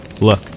Look